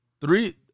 three